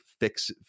fix